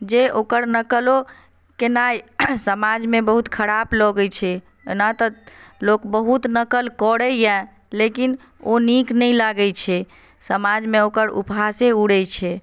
जे ओकरो नकलो केनाइ समाजमे बहुत खराब लगैत छै ओना तऽ लोक बहुत नकल करैए लेकिन ओ नीक नहि लागैत छै समाजमे ओकर उपहासे उड़ैत छै